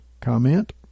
comment